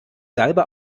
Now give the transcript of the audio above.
salbe